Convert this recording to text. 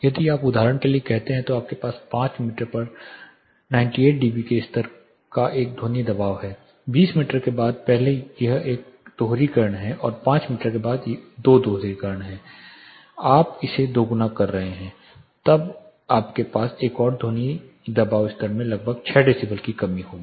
यदि आप उदाहरण के लिए कहते हैं तो आपके पास 5 मीटर पर 98 डीबी के स्तर का एक ध्वनि दबाव है 20 मीटर के बाद पहले यह 1 दोहरीकरण है और 5 मीटर के बाद 2 दोहरीकरण 10 है आप इसे दोगुना कर रहे हैं तब आपके पास एक और है ध्वनि दबाव स्तर में लगभग 6 डेसिबल की कमी होगी